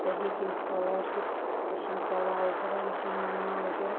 ꯆꯍꯤꯒꯤ ꯁ꯭ꯀꯣꯂꯔꯁꯤꯞ ꯂꯤꯁꯤꯡ ꯇꯔꯥ ꯑꯣꯏꯒꯦꯔ ꯂꯤꯁꯤꯡ ꯃꯉꯥ ꯑꯣꯏꯒꯦꯔ